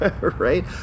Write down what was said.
Right